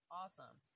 awesome